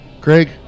Craig